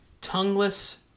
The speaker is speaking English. Tongueless